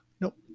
Nope